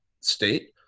state